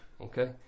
Okay